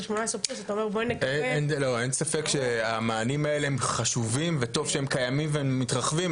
אין ספק שהמענים האלה חשובים וטוב שהם קיימים והם מתרחבים,